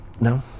no